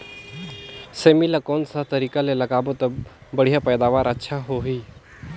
सेमी ला कोन सा तरीका ले लगाबो ता बढ़िया पैदावार अच्छा होही?